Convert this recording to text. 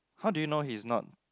how do you know he is not